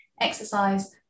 exercise